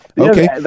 okay